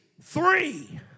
three